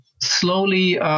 slowly